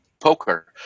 poker